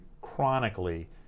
chronically